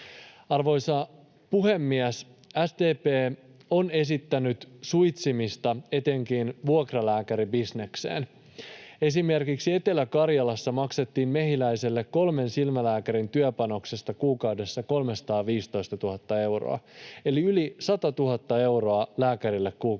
Arvoisa puhemies! SDP on esittänyt suitsimista etenkin vuokralääkäribisnekseen. Esimerkiksi Etelä-Karjalassa maksettiin Mehiläiselle kolmen silmälääkärin työpanoksesta kuukaudessa 315 000 euroa eli yli 100 000 euroa lääkärille kuukaudessa.